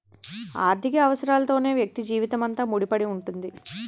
ఆర్థిక అవసరాలతోనే వ్యక్తి జీవితం ముడిపడి ఉంటుంది